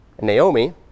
Naomi